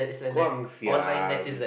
Guang-Xiang